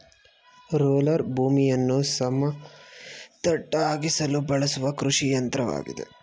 roller ಭೂಮಿಯನ್ನು ಸಮತಟ್ಟಾಗಿಸಲು ಬಳಸುವ ಕೃಷಿಯಂತ್ರವಾಗಿದೆ